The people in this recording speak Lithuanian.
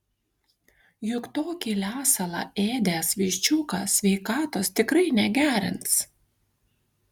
juk tokį lesalą ėdęs viščiukas sveikatos tikrai negerins